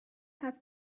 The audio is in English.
have